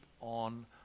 on